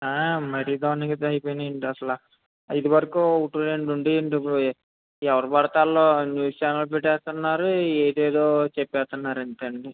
మరి దారుణంగా ఇది అయిపోయినాయండి అసలు దారుణంగా ఇదివరకు ఒకటి రెండు ఎవరు పడితే వాళ్ళు న్యూస్ ఛానల్ పెట్టేస్తున్నారు ఏదేదో చెప్పేస్తున్నారు ఏంటి అండి